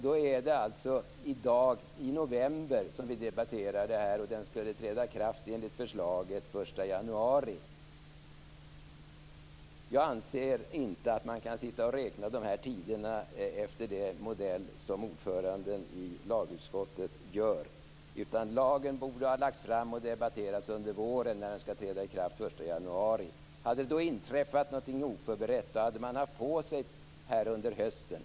Vi debatterar ärendet i november, och lagen ska enligt förslaget träda i kraft den 1 januari. Jag anser inte att man kan räkna tiderna efter den modell som ordföranden i lagutskottet gör. Lagförslaget borde ha lagts fram och debatterats under våren för att träda i kraft den 1 januari. Hade någonting oförberett inträffat hade man haft tid på sig under hösten.